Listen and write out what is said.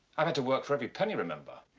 i've had to work for every penny remember.